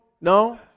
No